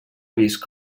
vist